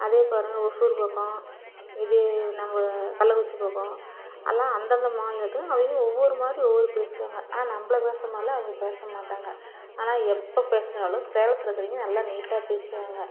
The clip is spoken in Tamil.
அதே பாருங்க ஓசூர் பக்கம் இதே நம்ப கள்ளக்குறிச்சி பக்கம் எல்லாம் அந்தந்த மாநிலத்து அவங்க ஒவ்வொரு மாதிரி ஒவ்வொரு பேசுவாங்க ஆனால் நம்மளை பேசுகிற மாதிரிலாம் அவங்க பேச மாட்டாங்க ஆனால் எப்போ பேசினாலும் சேலத்துலிருக்கவைங்க நல்ல நீட்டாக பேசுவாங்க